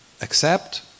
accept